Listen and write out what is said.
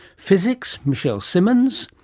physics? michelle simmons,